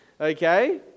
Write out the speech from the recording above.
okay